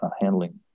handling